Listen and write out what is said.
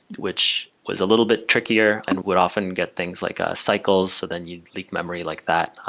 which was a little bit trickier and would often get things like cycles, so then you leak memory like that,